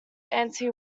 anti